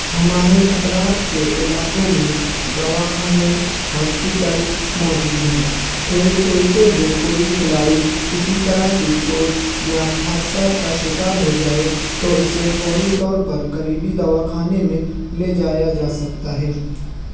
ہمارے اطراف کے علاقوں میں دواخانے ہاسپٹل موجود ہیں کھیل کھیلتے ہوئے کوئی کھلاڑی کسی طرح کی چوٹ یا حادثات کا شکار ہو جائے تو اسے فوری طور پر قریبی دواخانے میں لے جایا جا سکتا ہے